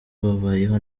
babayeho